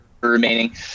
remaining